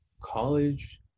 college